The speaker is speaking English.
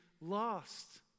lost